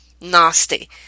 nasty